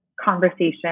conversation